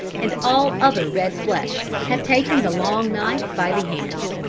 and all other red flesh, have taken the long knife by the hand.